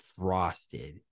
frosted